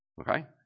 Okay